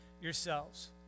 yourselves